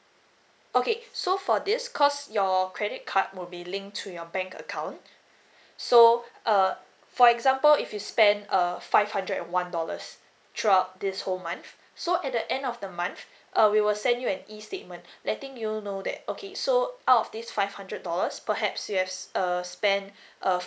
okay so for this cause your credit card will be linked to your bank account so uh for example if you spend err five hundred one dollars throughout this whole month so at the end of the month uh we will send you an E statement letting you know that okay so out of this five hundred dollars perhaps you has err spend uh